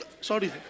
Sorry